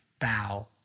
bow